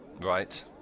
right